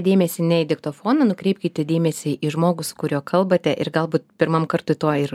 dėmesį ne į diktofoną nukreipkite dėmesį į žmogų su kuriuo kalbate ir gal pirmam kartui to ir